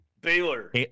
Baylor